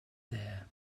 there